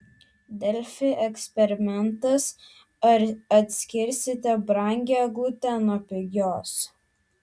delfi eksperimentas ar atskirsite brangią eglutę nuo pigios